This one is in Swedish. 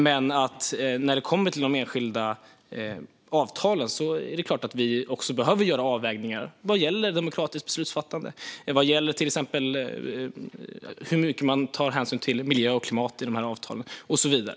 Men när det kommer till de enskilda avtalen behöver vi göra avvägningar vad gäller demokratiskt beslutsfattande. Det gäller till exempel hur mycket man tar hänsyn till miljö och klimat i avtalen och så vidare.